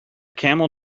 camel